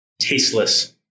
tasteless